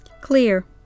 Clear